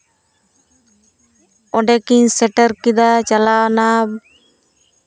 ᱚᱸᱰᱮ ᱠᱤᱱ ᱥᱮᱴᱮᱨ ᱠᱮᱫᱟ ᱪᱟᱞᱟᱣᱱᱟ